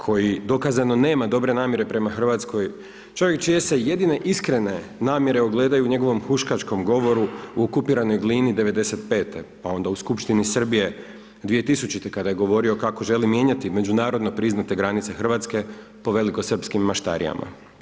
Koji dokazano nema dobre namjere prema Hrvatskoj, čovjek čije se jedine iskrene namjeru ogledaju u njegovom huškačkom govoru u okupiranoj Glini '95., pa onda u skupštini Srbije 2000. kada je govorio mijenjati međunarodno priznate granice Hrvatske po velikosrpskim maštarijama.